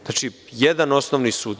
Znači, jedan osnovni sud.